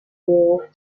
war